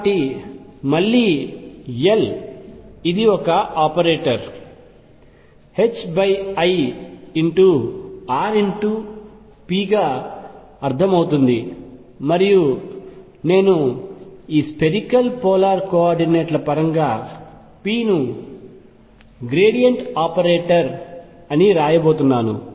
కాబట్టి మళ్లీ L ఇది ఒక ఆపరేటర్ ir×p గా అర్థం అవుతుంది మరియు నేను ఈ స్పెరికల్ పోలార్ కోఆర్డినేట్ ల పరంగా p ను గ్రేడియంట్ ఆపరేటర్ గా వ్రాయబోతున్నాను